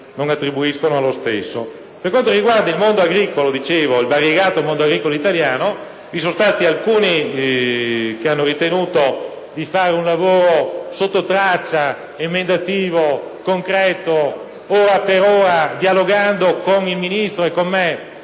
Per quanto riguarda il variegato mondo agricolo italiano, alcuni hanno ritenuto di fare un lavoro sottotraccia, emendativo, concreto, ora per ora, dialogando con il Ministro e con me